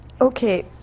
okay